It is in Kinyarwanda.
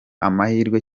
amahirwe